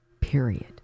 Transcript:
Period